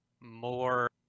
more